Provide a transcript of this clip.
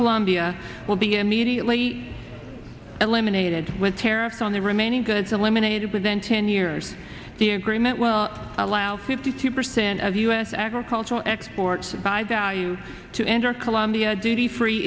colombia will be immediately eliminated with tariffs on the remaining goods eliminated within ten years the agreement will allow fifty two percent of u s agricultural exports by value to enter colombia duty free